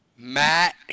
Matt